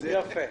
זה יפה.